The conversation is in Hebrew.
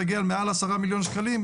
נגיע למעל עשרה מיליון שקלים,